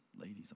ladies